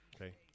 Okay